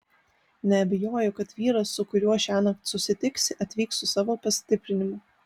neabejoju kad vyras su kuriuo šiąnakt susitiksi atvyks su savo pastiprinimu